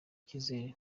icyizere